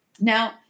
Now